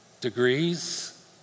degrees